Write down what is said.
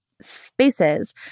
spaces